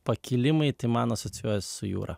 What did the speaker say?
pakilimai tai man asocijuojasi su jūra